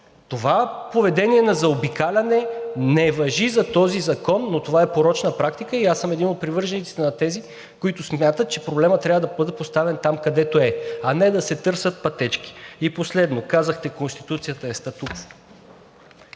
Това поведение на заобикаляне не важи за този закон, но това е порочна практика и аз съм един от привържениците на тези, които смятат, че проблемът трябва да бъде поставен там, където е, а не да се търсят пътечки. И последно. Казахте: „Конституцията е статукво.“